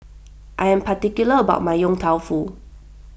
I am particular about my Yong Tau Foo